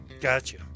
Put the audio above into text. gotcha